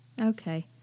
Okay